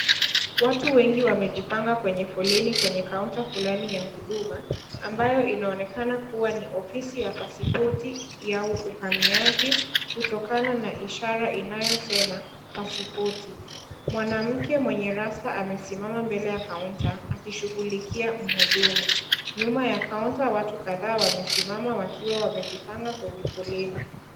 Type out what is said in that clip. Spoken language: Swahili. Watu wengi wamejipanga kwenye foleni kwenye [cs ] counter fulani ya huduma, ambayo inaonekana kuwa ni ofisi ya pasipoti ya uhamiaji kutokana na ishara inayosema pasipoti . Mwanamke mwenye rasta amesimama mbele ya counter akishughulikia mhudumu , nyuma ya counter watu kadhaa wamesimama wakiwa wamejipanga kwenye foleni.